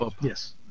yes